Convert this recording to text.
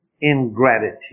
ingratitude